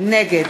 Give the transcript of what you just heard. נגד